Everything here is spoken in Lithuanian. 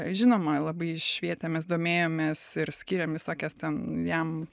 žinoma labai švietėmės domėjomės ir skyrėm visokias ten jam